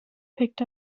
picked